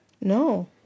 No